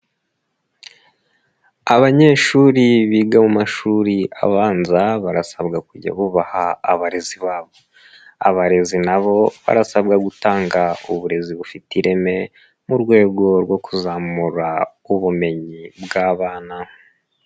Abanyeshuri biga mu mashuri abanza barasabwa kujya bubaha abarezi babo, abarezi na bo barasabwa gutanga uburezi bufite ireme mu rwego rwo kuzamura ubumenyi bw'abana.